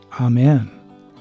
Amen